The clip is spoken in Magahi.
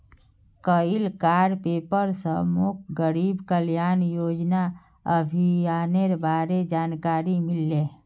कइल कार पेपर स मोक गरीब कल्याण योजना अभियानेर बारे जानकारी मिलले